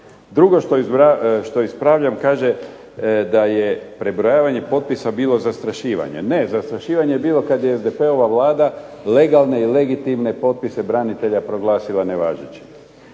Drugo što ispravljam kaže da je prebrojavanje potpisa bilo zastrašivanje. Ne, zastrašivanje je bilo kad je SDP-ova Vlada legalne i legitimne potpise branitelja proglasila nevažećim.